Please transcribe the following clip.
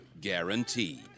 Guaranteed